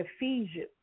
Ephesians